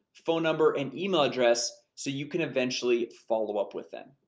phone number, and email address so you can eventually follow up with them.